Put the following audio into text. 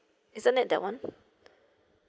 isn't it that one